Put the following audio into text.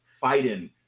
fighting